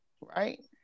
right